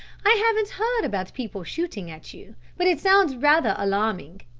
i haven't heard about people shooting at you but it sounds rather alarming.